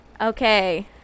okay